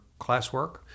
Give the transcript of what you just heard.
classwork